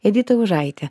edita užaitė